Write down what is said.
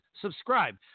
subscribe